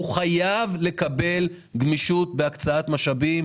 הוא חייב לקבל גמישות בהקצאת משאבים,